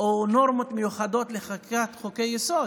או נורמות מיוחדות לחקיקת חוקי-יסוד,